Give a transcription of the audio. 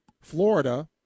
Florida